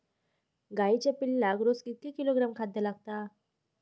गाईच्या पिल्लाक रोज कितके किलोग्रॅम खाद्य लागता?